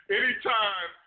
anytime